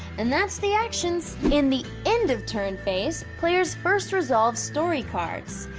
and that's the actions. in the end of turn phase, players first resolve story cards.